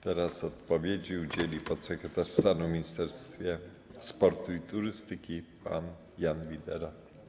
Teraz odpowiedzi udzieli podsekretarz stanu w Ministerstwie Sportu i Turystyki pan Jan Widera.